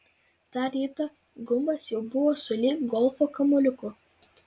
tą rytą gumbas jau buvo sulig golfo kamuoliuku